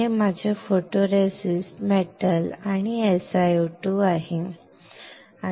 तर माझ्याकडे photoresist metal आणि SiO2 आहे